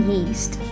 Yeast